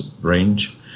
range